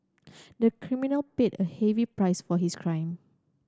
the criminal paid a heavy price for his crime